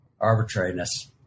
arbitrariness